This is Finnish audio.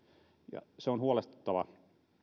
se on huolestuttava